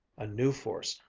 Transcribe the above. a new force,